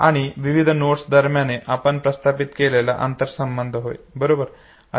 आणि विविध नोड्स दरम्यान आपण स्थापित केलेला अंतरसंबंध होय बरोबर